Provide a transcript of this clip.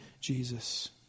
Jesus